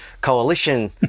coalition